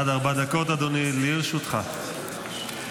עד ארבע דקות לרשותך, אדוני.